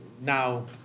now